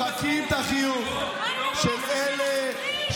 שאנחנו מוחקים את החיוך של אלה שלוקחים פרוטקשן.